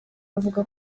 avuga